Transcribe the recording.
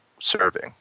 serving